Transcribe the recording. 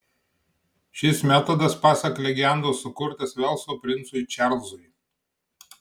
šis metodas pasak legendos sukurtas velso princui čarlzui